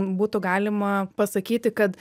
būtų galima pasakyti kad